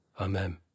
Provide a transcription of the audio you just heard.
Amen